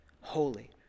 holy